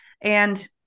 and-